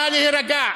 נא להירגע,